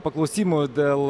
paklausimų dėl